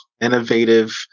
innovative